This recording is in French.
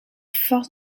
force